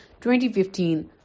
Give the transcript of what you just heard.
2015